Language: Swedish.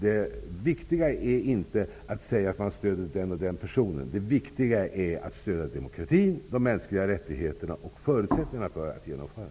Det viktiga är inte att säga att man stöder den och den personen. Det viktiga är att stödja demokratin, de mänskliga rättigheterna och förutsättningarna för detta.